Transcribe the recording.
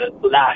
last